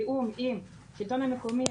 בתיאום עם השלטון המקומי,